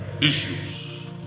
issues